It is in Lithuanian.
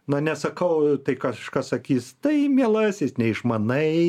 na nesakau tai kažkas sakys tai mielasis neišmanai